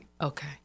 Okay